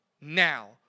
now